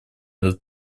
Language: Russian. этот